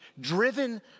driven